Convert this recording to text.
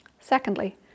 Secondly